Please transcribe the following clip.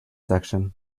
section